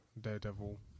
Daredevil